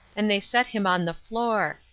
and they set him on the floor,